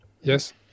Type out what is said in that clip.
Yes